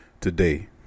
today